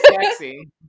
Sexy